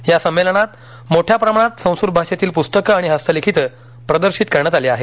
या संमेलनात मोठ्या प्रमाणात संस्कृत भाषेतील पुस्तकं आणि हस्तलिखितं प्रदर्शित करण्यात आली आहेत